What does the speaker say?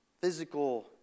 physical